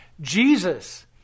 Jesus